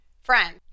Friend